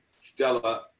Stella